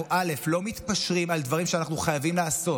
אנחנו לא מתפשרים על דברים שאנחנו חייבים לעשות